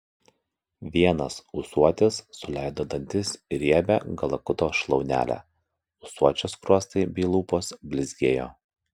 vienas ūsuotis suleido dantis į riebią kalakuto šlaunelę ūsuočio skruostai bei lūpos blizgėjo